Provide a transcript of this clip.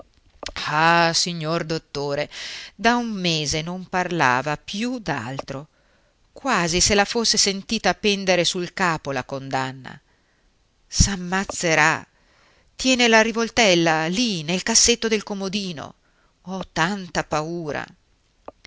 ah signor dottore da un mese non parlava più d'altro quasi se la fosse sentita pendere sul capo la condanna s'ammazzerà tiene la rivoltella lì nel cassetto del comodino ho tanta paura